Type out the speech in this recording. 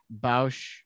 bausch